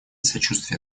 сочувствие